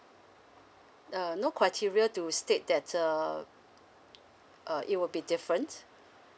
uh no criteria to state that uh uh it will be different